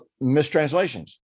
mistranslations